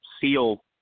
seal